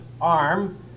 arm